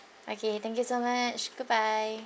okay thank you so much goodbye